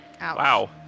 Wow